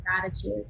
gratitude